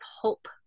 hope